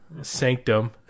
Sanctum